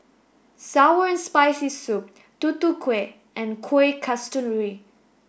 sour and spicy soup Tutu Kueh and Kuih Kasturi